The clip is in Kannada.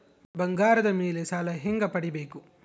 ಬಂಗಾರದ ಮೇಲೆ ಸಾಲ ಹೆಂಗ ಪಡಿಬೇಕು?